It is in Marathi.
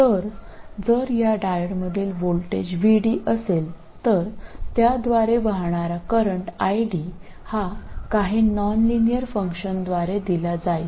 तर जर या डायोडमधील व्होल्टेज VD असेल तर त्याद्वारे वाहणारा करंट ID हा काही नॉनलिनियर फंक्शनद्वारे दिला जाईल